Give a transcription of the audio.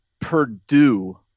Purdue